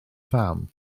pham